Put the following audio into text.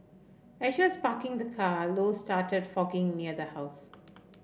as she was parking the car low started fogging near the house